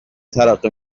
ترقه